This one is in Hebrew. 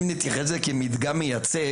אם נתייחס לזה כמדגם מייצג,